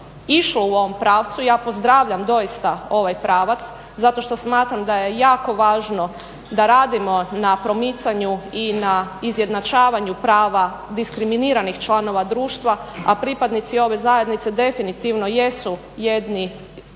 išlo u ovom pravcu i ja pozdravljam doista ovaj pravac zato što smatram da je jako važno da radimo na promicanju i na izjednačavanju prava diskriminiranih članova društva a pripadnici ove zajednice definitivno jesu